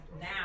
now